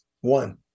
one